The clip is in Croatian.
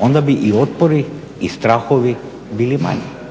Onda bi i otpori i strahovi bili manji.